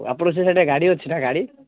ଆପଣଙ୍କର ସେଇଠି ଗାଡ଼ି ଅଛି ନାଁ ଗାଡ଼ି